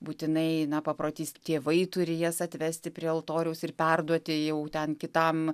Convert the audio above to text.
būtinai paprotys tėvai turi jas atvesti prie altoriaus ir perduoti jau ten kitam